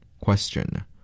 Question